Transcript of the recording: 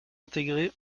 intégrée